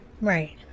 right